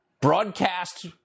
broadcast